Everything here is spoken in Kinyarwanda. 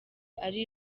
ari